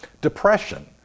depression